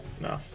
No